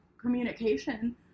communication